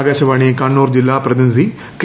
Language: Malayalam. ആകാശവാണി കണ്ണൂർ ജില്ലാ പ്രതിനിധി കെ